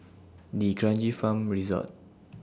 D'Kranji Farm Resort